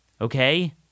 okay